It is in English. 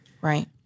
Right